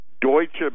Deutsche